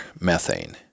methane